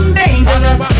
dangerous